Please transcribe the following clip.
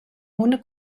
ohne